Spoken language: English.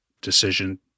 decision